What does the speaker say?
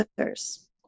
others